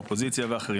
האופוזיציה ואחרים.